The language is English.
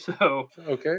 Okay